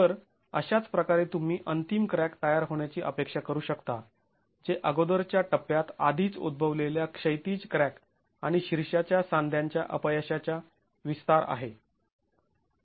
तर अशाच प्रकारे तुम्ही अंतिम क्रॅक तयार होण्याची अपेक्षा करू शकता जे अगोदरच्या टप्प्यात आधीच उद्भवलेल्या क्षैतिज क्रॅक आणि शीर्षाच्या सांध्यांच्या अपयशाच्या विस्तार आहे